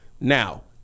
now